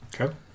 Okay